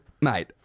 mate